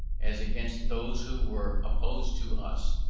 as against those who were opposed to us,